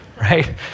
right